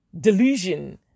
delusion